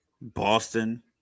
Boston